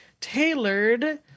tailored